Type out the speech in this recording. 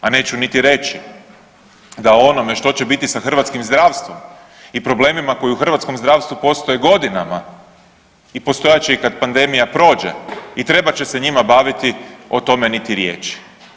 A neću niti reći da o onome što će biti sa hrvatskim zdravstvom i problemima koji u hrvatskom zdravstvu postoje godinama i postojat će i kad pandemija prođe i trebat će se njima baviti o tome niti riječi.